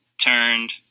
Turned